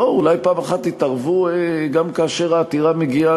אולי פעם אחת תתערבו גם כאשר העתירה מגיעה